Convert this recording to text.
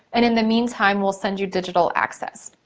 and in the meantime, we'll send you digital access.